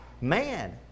man